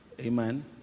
Amen